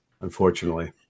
unfortunately